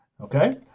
okay